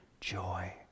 joy